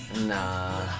Nah